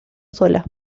sola